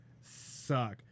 suck